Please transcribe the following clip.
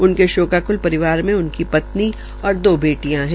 उनके शोकाक्ल रिवार मे उनकी त्नी और दो बेटियां है